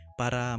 para